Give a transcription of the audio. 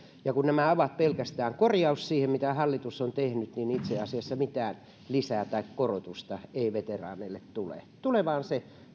ja kun nämä ovat pelkästään korjaus siihen mitä hallitus on tehnyt niin itse asiassa mitään lisää tai korotusta ei veteraaneille tule tulee vain se